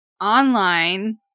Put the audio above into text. online